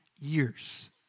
years